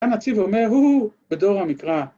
‫הנציב אומר הוא-הוא, בדור המקרא.